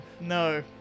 No